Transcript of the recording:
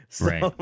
Right